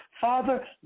Father